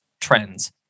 trends